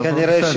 אבל בסדר.